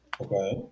Okay